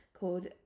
called